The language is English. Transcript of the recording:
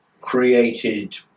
created